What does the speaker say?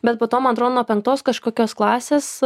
bet po to man atrodo nuo penktos kažkokios klasės